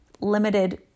limited